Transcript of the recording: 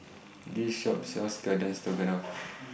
This Shop sells Garden Stroganoff